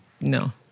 No